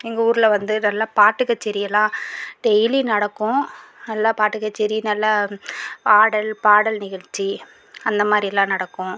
எங்கள் ஊரில் வந்து நல்லா பாட்டு கச்சேரி எல்லாம் டெய்லி நடக்கும் நல்லா பாட்டு கச்சேரி நல்லா ஆடல் பாடல் நிகழ்ச்சி அந்த மாதிரிலாம் நடக்கும்